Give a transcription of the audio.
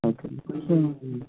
okay అండి